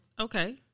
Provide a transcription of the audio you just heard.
Okay